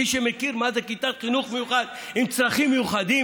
מי שמכיר מה זה כיתת חינוך מיוחד עם צרכים מיוחדים,